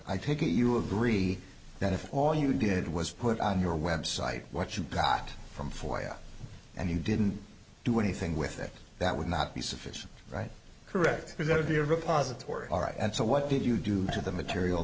i take it you agree that if all you did was put on your website what you got from for iowa and you didn't do anything with it that would not be sufficient right correct for that to be a repository all right and so what did you do to the material